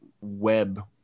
web